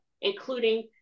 including